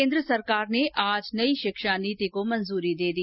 केन्द्र सरकार ने आज नई शिक्षा नीति को मंजूरी दे दी